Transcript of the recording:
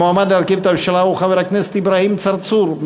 המועמד להרכיב את הממשלה הוא חבר הכנסת אברהים צרצור.